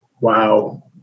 Wow